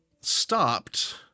stopped